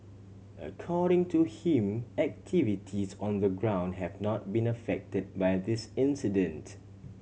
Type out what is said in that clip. according to him activities on the ground have not been affected by this incident